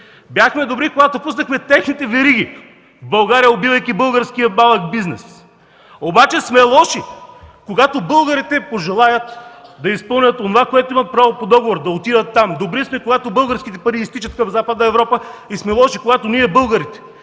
бяхме добри, когато пуснахме техните вериги в България, убивайки българския малък бизнес. Лоши сме, когато българите пожелаят да изпълнят онова, което имат право по договор – да отидат там. Добри сме, когато българските пари изтичат към Западна Европа и сме лоши, когато ние българите